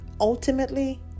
ultimately